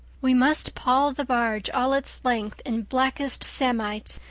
we must pall the barge all its length in blackest samite.